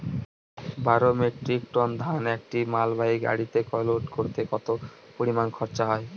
বারো metric ton ধান একটি মালবাহী গাড়িতে লোড করতে কতো পরিমাণ খরচা হয়?